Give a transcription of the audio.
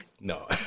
No